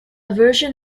version